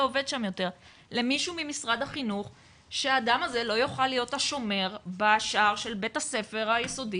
עובד שם יותר שהאדם הזה לא יוכל להיות השומר בשער של בית הספר היסודי,